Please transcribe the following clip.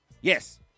Yes